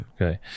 Okay